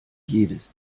jedes